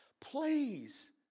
please